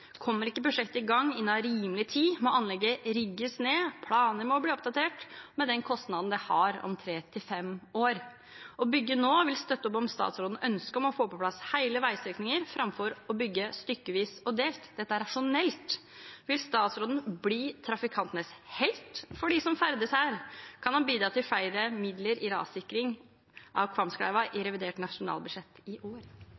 Kommer ikke prosjektet i gang innen rimelig tid, må anlegget rigges ned. Planer må oppdateres, med den kostnaden det har, om tre til fem år. Å bygge nå vil støtte opp om statsrådens ønske om å få på plass hele veistrekninger framfor å bygge stykkevis og delt. Dette er rasjonelt. Vil statsråden bli trafikantenes helt – de trafikantene som ferdes her – kan han bidra til flere midler til rassikring av Kvamskleiva i revidert nasjonalbudsjett i år.